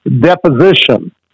deposition